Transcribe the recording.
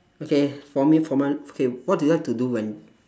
okay for me for mine okay what do you like to do when